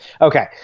okay